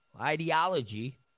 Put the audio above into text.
ideology